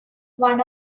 one